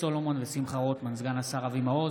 ייעוץ הרבנות הראשית),